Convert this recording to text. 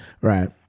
right